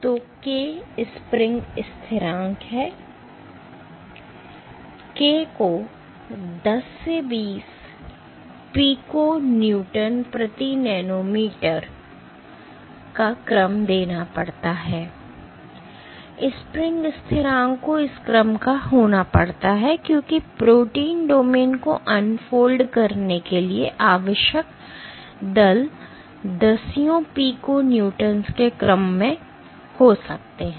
तो k spring स्थिरांक है k को 10 से 20 piconewton प्रति नैनोमीटर का क्रम देना पड़ता है स्प्रिंग स्थिरांक को इस क्रम का होना पड़ता है क्योंकि प्रोटीन डोमेन को अनफोल्ड करने के लिए आवश्यक बल दसियों piconewtons के क्रम के हो सकते हैं